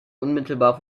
unmittelbar